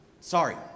sorry